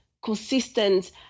consistent